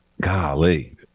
golly